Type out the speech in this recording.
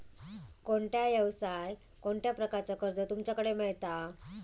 कोणत्या यवसाय कोणत्या प्रकारचा कर्ज तुमच्याकडे मेलता?